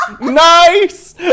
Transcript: Nice